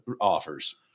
offers